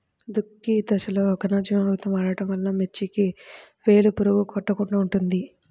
దుక్కి దశలో ఘనజీవామృతం వాడటం వలన మిర్చికి వేలు పురుగు కొట్టకుండా ఉంటుంది?